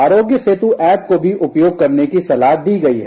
आरोग्य सेतु ऐप को भी उपयोग करने की सलाह दी गई है